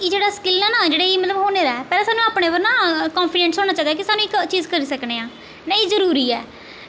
एह् जेह्ड़ा स्किल ऐ ना एह् जेह्ड़ा हुनर ऐ पैह्लें सानूं न अपने पर कांफिडैंस होना चाहिदा सानूं एह् चीज़ करी सकने आं नेईं जरूरी ऐ